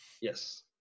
Yes